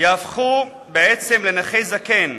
יהפכו בעצם לנכה זקן,